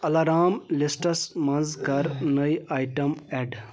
alarm lists منٛز کَر نٔے آیٹَم اؠڈ